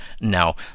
Now